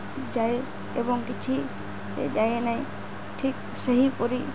ଯାଏ ଏବଂ କିଛି ଯାଏ ନାହିଁ ଠିକ୍ ସେହିପରି